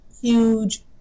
huge